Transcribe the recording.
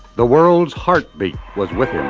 the world's heartbeat was with